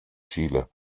chile